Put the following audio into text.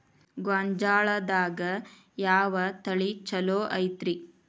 ಗೊಂಜಾಳದಾಗ ಯಾವ ತಳಿ ಛಲೋ ಐತ್ರಿ?